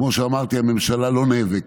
כמו שאמרתי, הממשלה לא נאבקת.